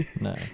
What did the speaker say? No